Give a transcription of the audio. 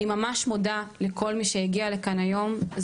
אני ממש מודה לכל מי שהגיע לכאן היום.